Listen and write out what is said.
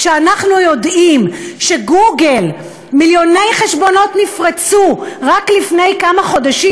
כשאנחנו יודעים שבגוגל מיליוני חשבונות נפרצו רק לפני כמה חודשים,